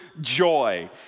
joy